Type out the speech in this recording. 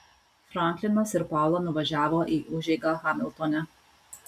franklinas ir paula nuvažiavo į užeigą hamiltone